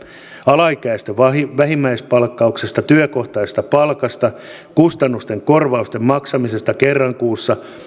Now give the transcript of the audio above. alaikäisten vähimmäispalkkauksesta työkohtaisesta palkasta kustannusten korvausten maksamisesta kerran kuussa